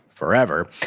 forever